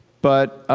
but